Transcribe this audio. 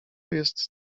jest